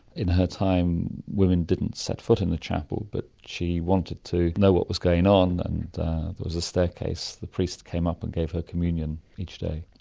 in her time women didn't set foot in the chapel, but she wanted to know what was going on and there was a staircase and the priest came up and gave her communion each day.